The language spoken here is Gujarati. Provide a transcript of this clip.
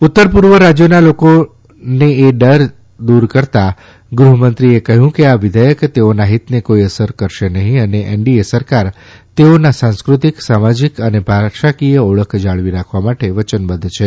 ઉત્તરપૂર્વ રાજ્યોના લોકોના એ ડરને દૂર કરતા ગૃહમંત્રીએ કહ્યું કે આ વિઘેયક તેઓના હિતને કોઇ અસર કરશે નહિં અને એનડીએ સરકાર તેઓના સાંસ્કૃતિક સામાજીક અને ભાષાકીય ઓળખ જાળવી રાખવા માટે વચનબદ્ધ છે